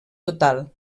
total